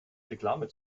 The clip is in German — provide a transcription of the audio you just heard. reklame